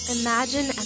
Imagine